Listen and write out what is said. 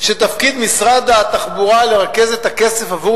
שתפקיד משרד התחבורה לרכז את הכסף עבור